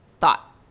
thought